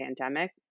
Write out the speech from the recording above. pandemic